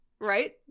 Right